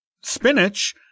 spinach